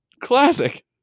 Classic